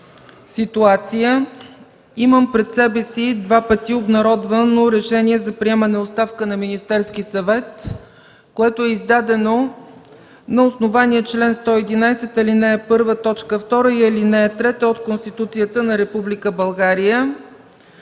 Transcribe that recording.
ситуация. Имам пред себе си два пъти обнародвано решение за приемане оставка на Министерски съвет, което е издадено на основание чл. 111, ал. 1, т. 2 и ал.